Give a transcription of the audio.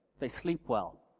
they sleep well.